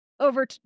Over